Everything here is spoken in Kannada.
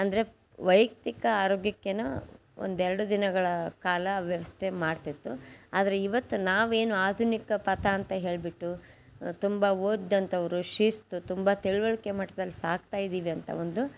ಅಂದರೆ ವೈಯಕ್ತಿಕ ಆರೋಗ್ಯಕ್ಕೇನೋ ಒಂದೆರಡು ದಿನಗಳ ಕಾಲ ಅವ್ಯವಸ್ಥೆ ಮಾಡ್ತಿತ್ತು ಆದರೆ ಇವತ್ತು ನಾವೇನು ಆಧುನಿಕ ಪಥ ಅಂತ ಹೇಳಿಬಿಟ್ಟು ತುಂಬ ಓದಿದಂಥವ್ರು ಶಿಸ್ತು ತುಂಬ ತಿಳಿವಳ್ಕೆ ಮಟ್ದಲ್ಲಿ ಸಾಗ್ತಾಯಿದ್ದೀವಿ ಅಂತ ಒಂದು